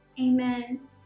Amen